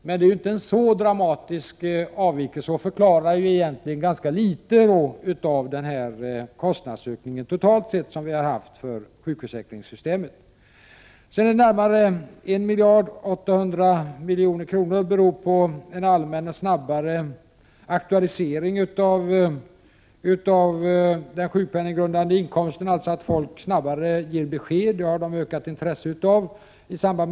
Men det är inte en så dramatisk avvikelse, och den förklarar egentligen ganska litet av kostnadsökningen för sjukförsäkringssystemet totalt sett. Närmare 1,8 miljarder kronor är en följd av en allmän och snabbare aktualisering av den sjukpenninggrundade inkomsten, dvs. att folk snabbare ger besked om inkomstförändringar, vilket de har intresse av att göra.